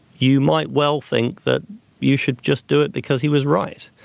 you might well think that you should just do it because he was right.